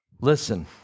Listen